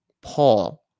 Paul